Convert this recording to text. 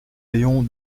ayons